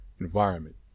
environment